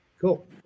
Cool